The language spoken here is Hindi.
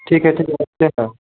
ठीक है ठीक है आइएगा